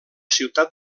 ciutat